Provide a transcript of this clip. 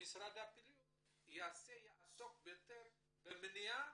יעסוק במניעה